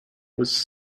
was